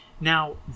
Now